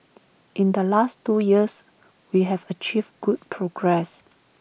in the last two years we have achieved good progress